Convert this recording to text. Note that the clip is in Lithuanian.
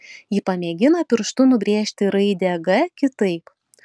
ji pamėgina pirštu nubrėžti raidę g kitaip